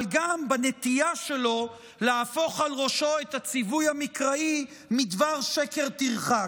אבל גם בנטייה שלו להפוך על ראשו את הציווי המקראי "מדבר שקר תרחק".